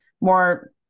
more